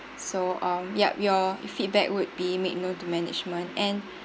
so um ya your feedback would be made known to management and